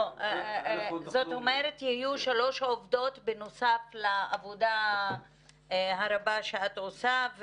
זאת אומרת שיהיו שלוש עובדות בנוסף לעבודה הרבה שאת עושה.